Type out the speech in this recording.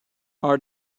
our